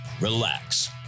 relax